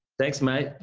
thanks, mate.